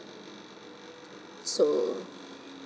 so